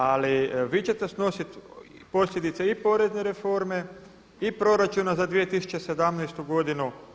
Ali vi ćete snosit posljedice i porezne reforme i proračuna za 2017. godinu.